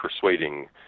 persuading